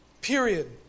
Period